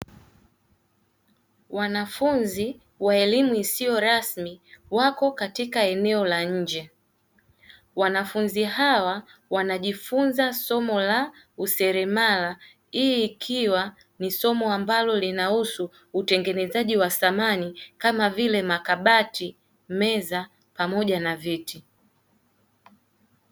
Wanafunzi wa elimu isiyo rasmi wako katika eneo la nje, wanafunzi hawa wanajifunza somo la useremala hii ikiwa ni somo ambalo linahusu utengenezaji wa samani kama vile makabati, meza pamoja na viti.